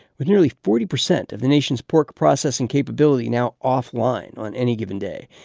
with nearly forty percent of the nation's pork processing capability now offline on any given day.